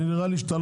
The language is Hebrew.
נראה לי שאתה